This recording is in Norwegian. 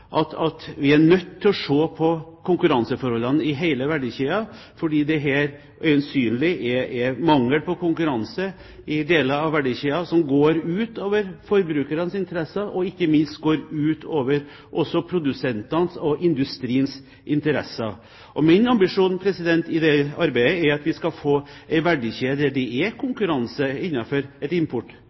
at vi er nødt til å se på konkurranseforholdene i hele verdikjeden, fordi det her øyensynlig er mangel på konkurranse i deler av verdikjeden som går ut over forbrukernes interesser og ikke minst også går ut over produsentenes og industriens interesser. Min ambisjon i dette arbeidet er at vi skal få en verdikjede der det er konkurranse innenfor et